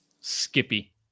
Skippy